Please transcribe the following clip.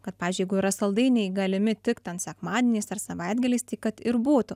kad pavyzdžiui jeigu yra saldainiai galimi tik ten sekmadieniais ar savaitgaliais tai kad ir būtų